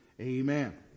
Amen